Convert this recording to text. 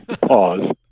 Pause